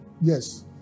Yes